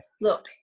look